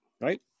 Right